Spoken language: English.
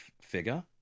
figure